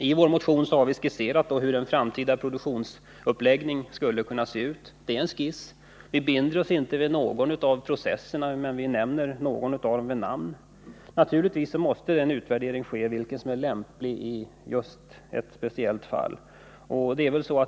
I vår motion har vi skisserat hur den framtida produktionsuppläggningen skulle kunna se ut. Det är en skiss, där vi inte binder oss för någon av processerna, men vi nämner någon av dem vid namn. Naturligtvis måste det ske en utvärdering av vilken process som är mest lämplig i varje speciellt fall.